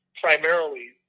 primarily